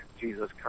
Jesus